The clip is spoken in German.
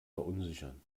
verunsichern